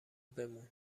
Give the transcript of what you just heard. بمون